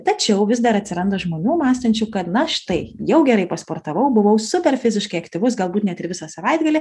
tačiau vis dar atsiranda žmonių mąstančių kad na štai jau gerai pasportavau buvau super fiziškai aktyvus galbūt net ir visą savaitgalį